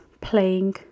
playing